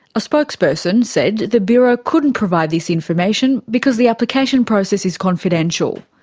a spokesperson said the bureau couldn't provide this information because the application process is confidential.